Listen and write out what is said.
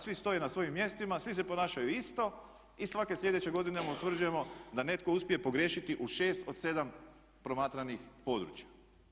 Svi stoje na svojim mjestima, svi se ponašaju isto i svake sljedeće godine utvrđujemo da netko uspije pogriješiti u 6 od 7 promatranih područja.